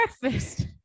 breakfast